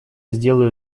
сделаю